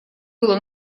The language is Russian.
было